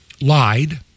lied